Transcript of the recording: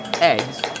eggs